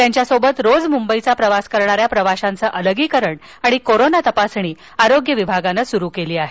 त्यांच्या सोबत रोज मुंबईचा प्रवास करणाऱ्या प्रवाशांचं अलगीकरण आणि कोरोना तपासणी आरोग्य विभागानं सुरू केली आहे